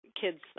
kids